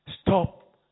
Stop